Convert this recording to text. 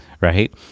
right